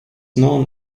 known